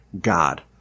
God